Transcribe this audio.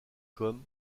comme